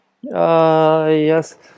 Yes